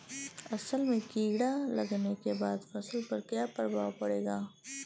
असल में कीड़ा लगने के बाद फसल पर क्या प्रभाव पड़ेगा?